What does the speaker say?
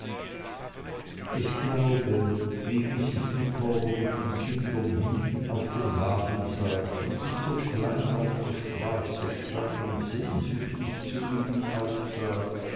ich glaube wie mrs micawber mit den kindern hinten auf dem wagen saß und ich so klein auf der straße stand und sehnsüchtig zu ihnen aufsah